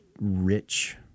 rich